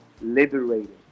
liberating